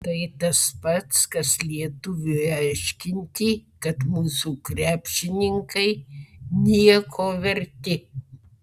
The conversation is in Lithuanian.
tai tas pats kas lietuviui aiškinti kad mūsų krepšininkai nieko verti